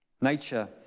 Nature